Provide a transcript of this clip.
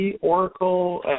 Oracle